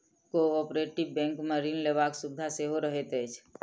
cooperative बैंकमे ऋण लेबाक सुविधा सेहो रहैत अछि